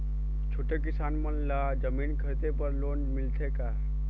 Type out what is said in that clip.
छोटे किसान मन ला जमीन खरीदे बर लोन मिलथे का?